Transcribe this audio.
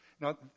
now